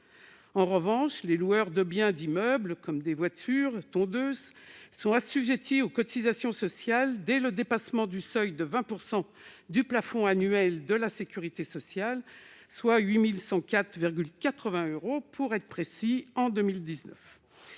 En revanche, les loueurs de biens dits meubles, comme des voitures ou des tondeuses, sont assujettis aux cotisations sociales dès le dépassement du seuil de 20 % du plafond annuel de la sécurité sociale, soit 8 104,80 euros en 2019.